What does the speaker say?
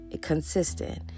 consistent